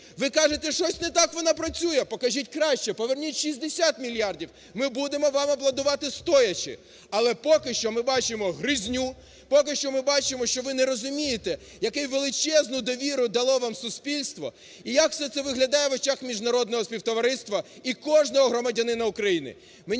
Ви кажете, щось не так вона працює, покажіть краще, поверніть 60 мільярдів, ми будемо вам аплодувати стоячи. Але поки що ми бачимо гризню, поки що ми бачимо, що ви не розумієте, яку величезну довіру дало вам суспільство і як все це виглядає в очах міжнародного співтовариства, і кожного громадянина України.